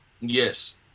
yes